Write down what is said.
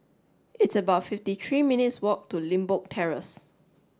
it's about fifty three minutes' walk to Limbok Terrace